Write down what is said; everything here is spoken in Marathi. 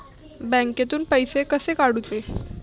बँकेतून पैसे कसे काढूचे?